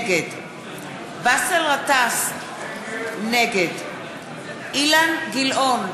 נגד באסל גטאס, נגד אילן גילאון,